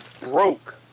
broke